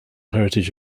heritage